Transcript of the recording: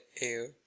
air